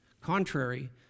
contrary